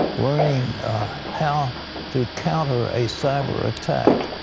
learning how to counter a cyber attack.